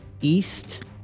east